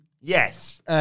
yes